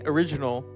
Original